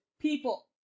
people